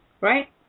right